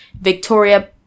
Victoria